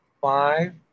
Five